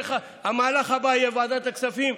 המהלך הבא יהיה בוועדת הכספים,